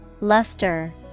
Luster